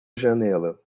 janela